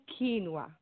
quinoa